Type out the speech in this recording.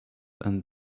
and